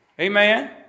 Amen